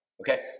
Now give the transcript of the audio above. Okay